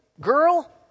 girl